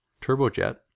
turbojet